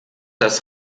das